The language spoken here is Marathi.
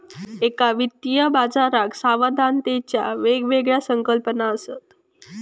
एका वित्तीय बाजाराक सावधानतेच्या वेगवेगळ्या संकल्पना असत